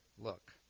Look